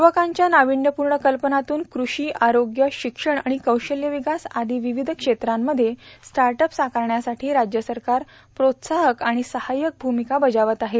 युवकांच्या नाविण्यपूर्ण कल्पनातून कृषी आरोग्य शिक्षण आणि कौशल्य विकास आदी विविध क्षेत्रांमध्ये स्टार्टअप साकारण्यासाठी राज्य सरकार प्रोत्साहक आणि सहाय्यक भूमिका बजावत आहे